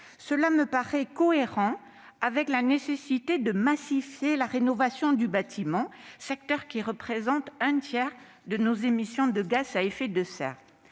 me paraît cohérente avec la nécessité de massifier la rénovation des bâtiments, le secteur du bâtiment représentant un tiers de nos émissions de gaz à effet de serre.